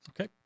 Okay